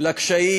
לקשיים